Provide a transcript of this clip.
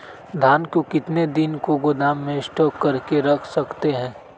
धान को कितने दिन को गोदाम में स्टॉक करके रख सकते हैँ?